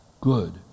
good